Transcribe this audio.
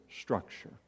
structure